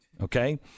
Okay